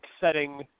setting